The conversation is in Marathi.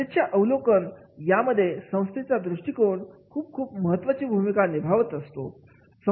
गरजेच्या अवलोकन या मध्ये संस्थेचा दृष्टीकोण खूप खूप महत्त्वाची भूमिका निभावत असतो